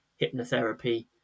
hypnotherapy